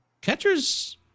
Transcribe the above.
catchers